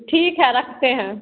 ठीक है रखते हैं